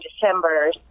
December